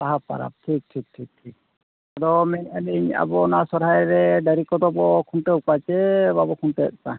ᱵᱟᱦᱟ ᱯᱟᱨᱟᱵᱽ ᱴᱷᱤᱠ ᱴᱷᱤᱠ ᱴᱷᱤᱠ ᱟᱫᱚ ᱢᱮᱱᱮᱜᱼᱟᱹᱞᱤᱧ ᱟᱵᱚ ᱚᱱᱟ ᱥᱚᱨᱦᱟᱭ ᱨᱮ ᱰᱟᱹᱝᱨᱤ ᱠᱚᱫᱚ ᱵᱚ ᱠᱷᱩᱱᱴᱟᱹᱣ ᱠᱚᱣᱟ ᱪᱮ ᱵᱟᱵᱚ ᱠᱷᱩᱱᱴᱟᱹᱣᱮᱫ ᱠᱚᱣᱟ